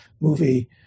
movie